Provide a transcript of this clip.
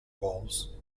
walls